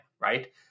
right